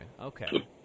okay